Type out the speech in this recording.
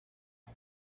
izi